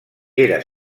era